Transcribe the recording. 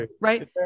right